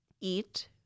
eat